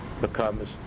becomes